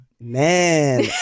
man